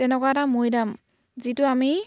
তেনেকুৱা এটা মৈদাম যিটো আমি